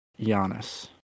Giannis